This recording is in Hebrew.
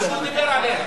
את ההצעה שהוא דיבר עליה.